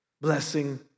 blessing